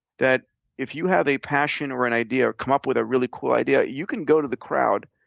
that if you have a passion or an idea or come up with a really cool idea, you can go to the crowd,